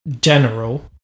general